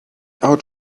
out